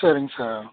சரிங்க சார்